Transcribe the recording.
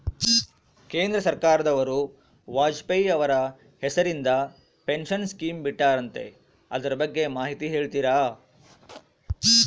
ಕೇಂದ್ರ ಸರ್ಕಾರದವರು ವಾಜಪೇಯಿ ಅವರ ಹೆಸರಿಂದ ಪೆನ್ಶನ್ ಸ್ಕೇಮ್ ಬಿಟ್ಟಾರಂತೆ ಅದರ ಬಗ್ಗೆ ಮಾಹಿತಿ ಹೇಳ್ತೇರಾ?